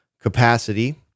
capacity